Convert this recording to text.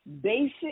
basic